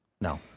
No